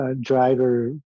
driver